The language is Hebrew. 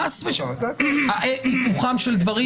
חס ושלום, היפוכם של דברים.